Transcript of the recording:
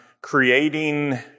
creating